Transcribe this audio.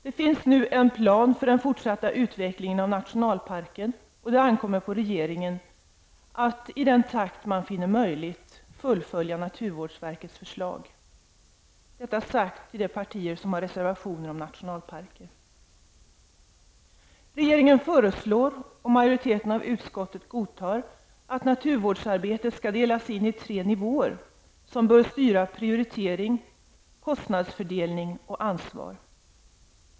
Det finns nu en plan för den fortsatta utvecklingen av nationalparker. Det ankommer på regeringen att i den takt man finner det möjligt fullfölja naturvårdsverkets förslag. Detta riktat till de partier som har reservationer om nationalparker. Regeringen föreslår, och majoriteten i utskottet godkänner, att naturvårdsarbetet skall delas in i tre nivåer som bör styra prioritering, kostnadsfördelning och ansvar.